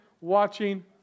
watching